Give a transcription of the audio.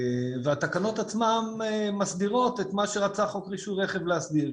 והתקנות עצמן מסדירות את מה שרצה חוק רישוי רכב להסדיר.